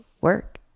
work